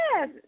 Yes